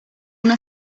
una